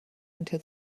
until